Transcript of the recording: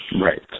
Right